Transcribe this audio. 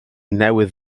newydd